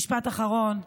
משפט אחרון,